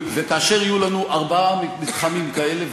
וכאשר יהיו לנו ארבעה מתחמים כאלה,